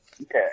Okay